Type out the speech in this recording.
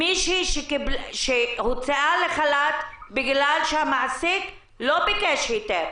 מישהי שהוצאה לחל"ת בגלל שהמעסיק לא ביקש היתר,